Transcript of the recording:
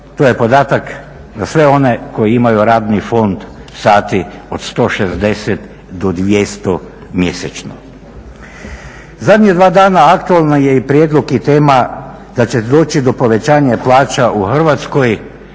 To je podatak za sve one koji imaju radni fond sati od 160 do 200 mjesečno. Zadnja dva dana aktualan je prijedlog i tema da će doći do povećanja plaća u Hrvatskoj